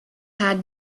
had